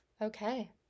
Okay